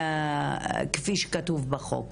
כפי שכתוב בחוק.